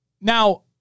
Now